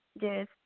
Yes